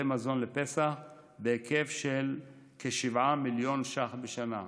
מזון לפסח בהיקף של כ-7 מיליון ש"ח בשנה.